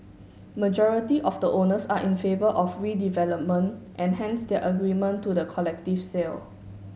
majority of the owners are in favour of redevelopment and hence their agreement to the collective sale